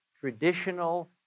traditional